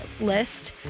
list